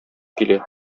килә